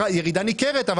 כלומר זו ירידה ניכרת בהוצאות,